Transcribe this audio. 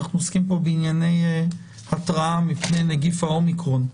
אנחנו עוסקים כאן בענייני התרעה מפני נגיף ה-אומיקרון.